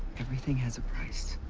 everything has a price,